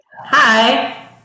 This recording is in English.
Hi